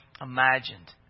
imagined